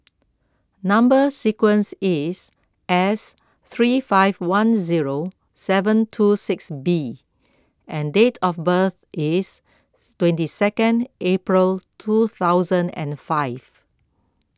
Number Sequence is S three five one zero seven two six B and date of birth is twenty second April two thousand and five